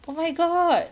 oh my god